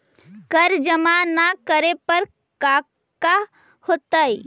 कर जमा ना करे पर कका होतइ?